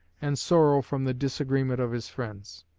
and sorrow from the disagreement of his friends.